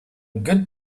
good